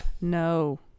No